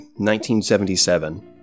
1977